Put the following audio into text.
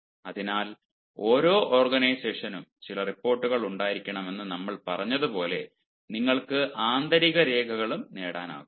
അതിനാൽ ഓരോ ഓർഗനൈസേഷനും ചില റിപ്പോർട്ടുകൾ ഉണ്ടായിരിക്കുമെന്ന് നമ്മൾ പറഞ്ഞതുപോലെ നിങ്ങൾക്ക് ആന്തരിക രേഖകളും നേടാനാകും